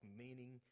meaning